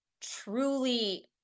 truly